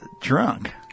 drunk